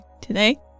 today